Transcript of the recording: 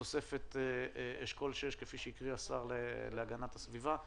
בתוספת אשכול 6, כפי שקרא השר להגנת הסביבה.